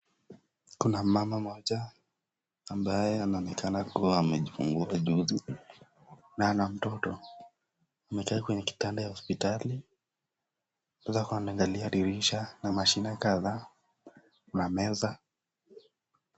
Kuna mama mmoja ambaye anaonekana kuwa amejifungua juzi na ana mtoto. Amekaa kwenye kitanda ya hospitali akiwa ameangalia dirisha na mashine kadhaa kuna meza.